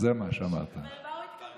למה הוא התכוון?